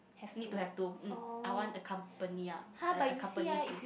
need to have two mm I want accompany ah accompany two